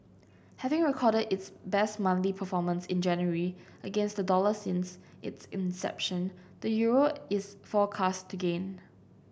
having recorded its best monthly performance in January against the dollar since its inception the euro is forecast to gain